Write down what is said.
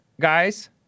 guys